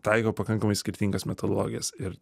taiko pakankamai skirtingas metodologijas ir